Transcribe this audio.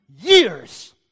years